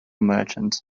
merchant